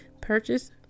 purchase